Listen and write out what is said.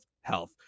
health